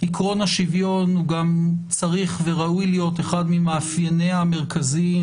עיקרון השוויון גם צריך וראוי להיות אחד ממאפייניה המרכזיים